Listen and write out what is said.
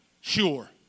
sure